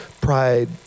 pride